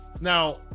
Now